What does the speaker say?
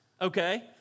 Okay